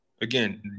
again